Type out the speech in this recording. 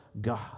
God